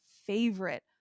favorite